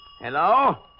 Hello